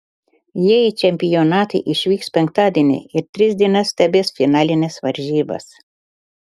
jie į čempionatą išvyks penktadienį ir tris dienas stebės finalines varžybas